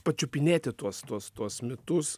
pačiupinėti tuos tuos tuos mitus